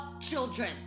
children